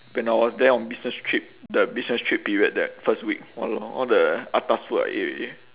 when I was there on business trip the business trip period that first week !walao! all the atas food I ate already